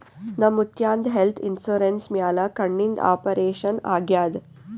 ನಮ್ ಮುತ್ಯಾಂದ್ health insurance ಮ್ಯಾಲ ಕಣ್ಣಿಂದ್ ಆಪರೇಷನ್ ಆಗ್ಯಾದ್